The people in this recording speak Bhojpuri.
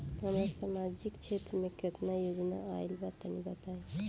हमरा समाजिक क्षेत्र में केतना योजना आइल बा तनि बताईं?